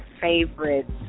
favorites